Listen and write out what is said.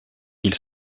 ils